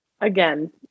again